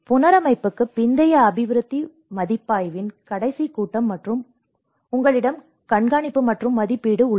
புனரமைப்புக்கு பிந்தைய அபிவிருத்தி மதிப்பாய்வின் கடைசி கட்டம் மற்றும் உங்களிடம் கண்காணிப்பு மற்றும் மதிப்பீடு உள்ளது